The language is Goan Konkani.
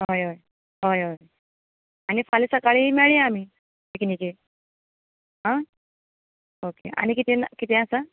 हय हय हय हय आनी फाल्यां सकाळीं मेळया आमी पिकनीकेक आं ओके आनी कितें कितें आसा